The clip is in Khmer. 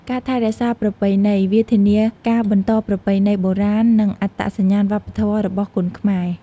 ការថែរក្សាប្រពៃណី វាធានាការបន្តប្រពៃណីបុរាណ និងអត្តសញ្ញាណវប្បធម៌របស់គុនខ្មែរ។